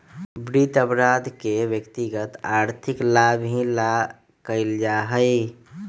वित्त अपराध के व्यक्तिगत आर्थिक लाभ ही ला कइल जा हई